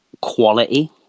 quality